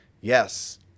yes